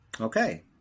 okay